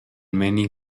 many